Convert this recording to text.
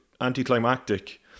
anticlimactic